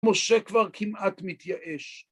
משה כבר כמעט מתייאש.